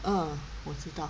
嗯我知道